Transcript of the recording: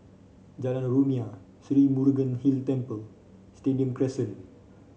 Jalan Rumia Sri Murugan Hill Temple Stadium Crescent